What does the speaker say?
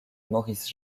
maurice